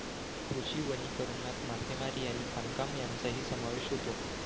कृषी वनीकरणात मासेमारी आणि खाणकाम यांचाही समावेश होतो